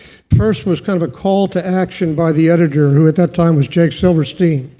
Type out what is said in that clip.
first was kind of a call to action by the editor, who at that time was jake silverstein.